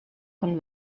con